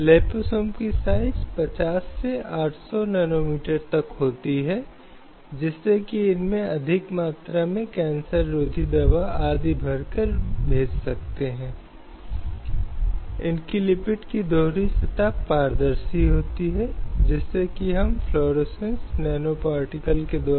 slide समय देखें 0141 जब लिंग के संदर्भ में बात की जाती है तो यह विभिन्न मामलों के माध्यम से देखा जा सकता है जो तय किए गए हैं उदाहरण के लिए किसी व्यक्ति की पसंद से शादी करने का अधिकार